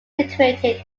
situated